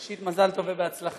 ראשית, מזל טוב והצלחה.